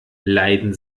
leiden